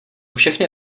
všechny